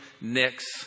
next